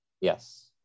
Yes